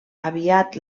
aviat